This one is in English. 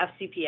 FCPA